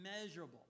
Immeasurable